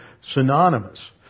synonymous